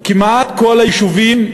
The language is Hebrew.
כמעט כל היישובים,